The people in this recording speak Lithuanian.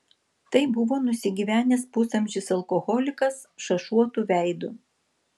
tai buvo nusigyvenęs pusamžis alkoholikas šašuotu veidu